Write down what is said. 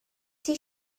sie